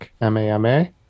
m-a-m-a